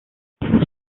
pour